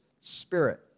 spirit